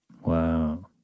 Wow